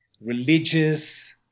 religious